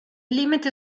limite